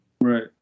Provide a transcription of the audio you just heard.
Right